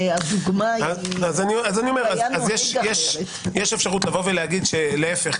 יש אפשרות לומר ש להפך,